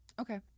Okay